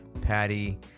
Patty